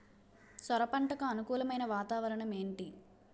సొర పంటకు అనుకూలమైన వాతావరణం ఏంటి?